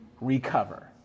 recover